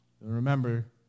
remember